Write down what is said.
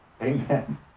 Amen